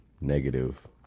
negative